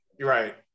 right